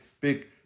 big